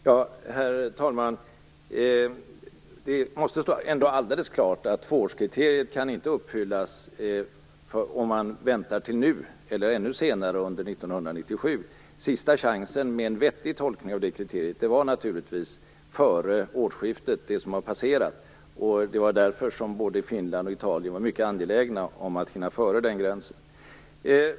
Herr talman! Det måste ändå stå alldeles klart att tvåårskriteriet inte kan uppfyllas om man väntar till nu eller ännu senare under 1997. Sista chansen med en vettig tolkning av det kriteriet var naturligtvis före det årsskifte som har passerat, och det var därför som både Finland och Italien var mycket angelägna om att hinna före den gränsen.